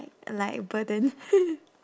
like like a burden